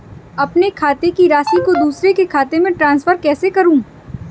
अपने खाते की राशि को दूसरे के खाते में ट्रांसफर कैसे करूँ?